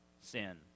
sin